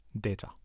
data